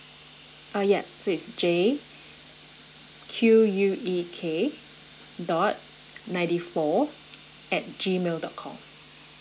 uh yeah please J Q U E K dot ninety four at G mail dot com